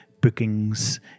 bookings